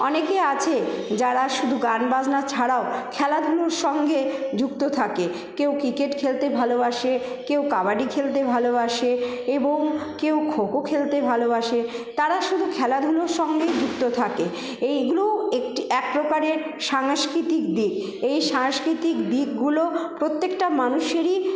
অনেকে আছে যারা শুধু গান বাজনা ছাড়াও খেলাধুলোর সঙ্গে যুক্ত থাকে কেউ ক্রিকেট খেলতে ভালোবাসে কেউ কাবাডি খেলতে ভালোবাসে এবং কেউ খোখো খেলতে ভালোবাসে তারা শুধু খেলাধুলোর সঙ্গেই যুক্ত থাকে এইগুলোও একটি এক প্রকারের সাংস্কৃতিক দিক এই সাংস্কৃতিক দিকগুলো প্রত্যেকটা মানুষেরই